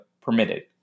permitted